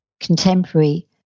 contemporary